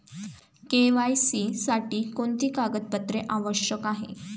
KYC साठी कोणती कागदपत्रे आवश्यक आहेत?